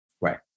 right